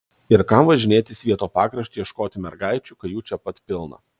ir kam važinėti į svieto pakraštį ieškoti mergaičių kai jų čia pat pilna